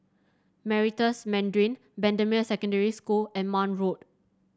Meritus Mandarin Bendemeer Secondary School and Marne Road